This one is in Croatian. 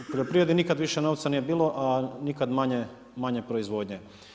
U poljoprivredi nikad više novca nije bilo, a nikad manje proizvodnje.